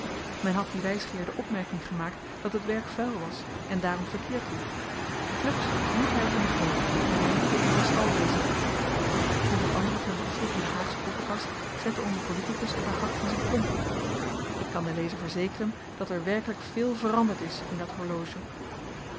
men had dien wysgeer de opmerking gemaakt dat het werk vuil was en daarom verkeerd liep fluks wierp hy t in de goot en reinigde het met n stalbezem volgens andere traditien van de haagsche poppenkast zette onze politikus er den hak van z'n klomp op ik kan den lezer verzekeren dat er werkelyk veel veranderd is in dat horloge